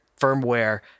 firmware